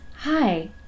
Hi